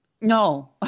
No